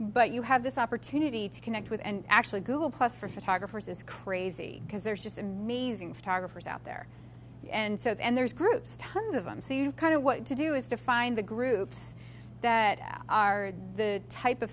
but you have this opportunity to connect with and actually google plus for photographers is crazy because there's just amazing photographers out there and so then there's groups tons of them so you kind of what to do is to find the groups that are the type of